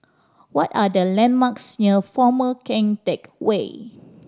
what are the landmarks near Former Keng Teck Whay